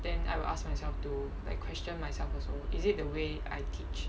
then I will ask myself to like question myself also is it the way I teach